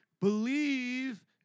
believe